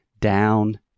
down